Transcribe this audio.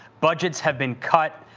budgets have been cut.